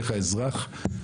איך האזרח,